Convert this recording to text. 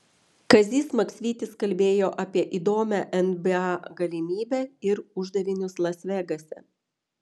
kazys maksvytis kalbėjo apie įdomią nba galimybę ir uždavinius las vegase